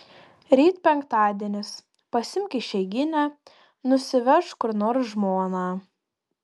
ryt penktadienis pasiimk išeiginę nusivežk kur nors žmoną